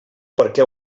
perquè